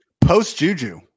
Post-Juju